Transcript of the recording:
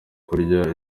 kurya